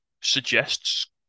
suggests